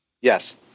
yes